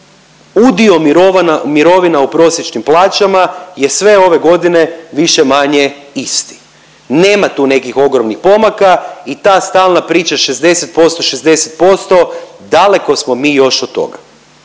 udio mirovina u prosječnim plaćama je sve ove godine više-manje isti. Nema tu nekih ogromnih pomaka i ta stalna priča, 60%, 60%, lako smo mi još od toga.